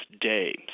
Day